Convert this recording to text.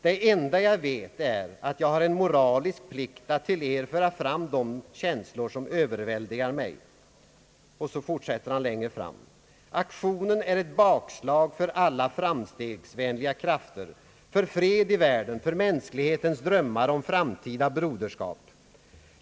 Det enda jag vet är att jag har en moralisk plikt att till er föra fram de känslor som överväldigar mig.» Längre fram fortsätter han: »Aktionen är ett bakslag för alla framstegsvänliga krafter, för fred i världen, för mänsklighetens drömmar om framtida broderskap.